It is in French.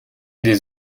des